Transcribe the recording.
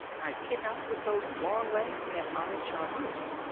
i'd kick out with those long legs and iron-shod hoofs.